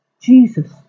Jesus